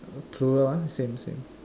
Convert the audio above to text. plural ah same same